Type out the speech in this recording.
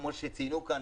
כמו שציינו כאן,